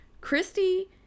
Christy